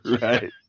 Right